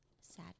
Sad